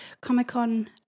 Comic-Con